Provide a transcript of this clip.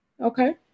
Okay